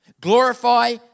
Glorify